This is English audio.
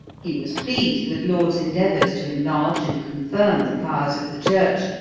he was pleased with laud's endeavors to enlarge and confirm the powers of the church,